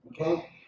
okay